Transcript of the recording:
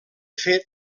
fet